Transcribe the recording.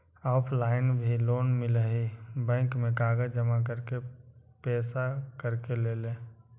Offline भी loan मिलहई bank में कागज जमाकर पेशा करेके लेल?